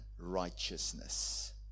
righteousness